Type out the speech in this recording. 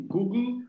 Google